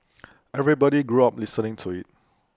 everybody grew up listening to IT